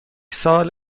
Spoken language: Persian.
سال